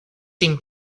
seem